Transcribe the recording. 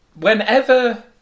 Whenever